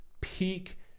peak